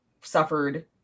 suffered